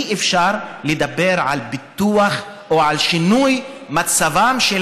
אי-אפשר לדבר על פיתוח או על שינוי מצבם של